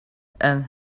and